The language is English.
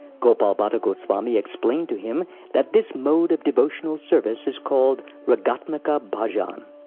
gopal bhatta goswami explained to him that this mode of devotional service is called ragatmika bhajan.